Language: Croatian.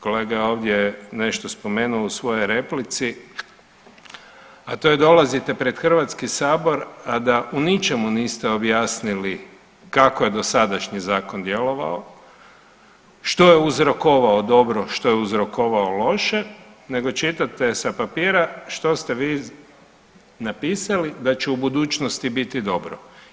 Kolega je ovdje nešto spomenuo u svojoj replici, a to je dolazite pred HS, a da u ničemu niste objasnili kako je dosadašnji zakon djelovao, što je uzrokovao dobro, što je uzrokovao loše nego čitate sa papira što ste vi napisali da će u budućnosti biti dobro.